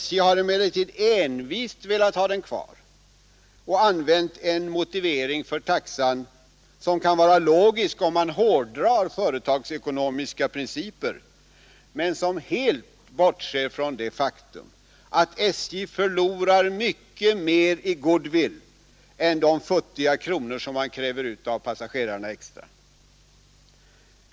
SJ har emellertid envist velat ha den kvar och använt en motivering för taxan som kan vara logisk om man hårdrar företagsekonomiska principer men som helt bortser från det faktum att SJ förlorar mycket mer i goodwill än de futtiga kronor som man kräver ut extra av passagerarna.